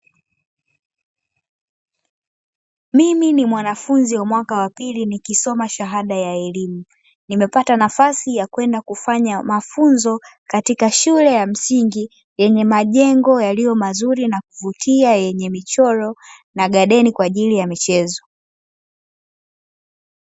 Mimi ni mwanafunzi wa mwaka wa pili nikisoma shahada ya elimu, nimepata nafasi ya kwenda kufanya mafunzo katika shule ya msingi yenye majengo yaliyo mazuri na kuvutia yenye michoro na gadeni kwa ajili ya michezo.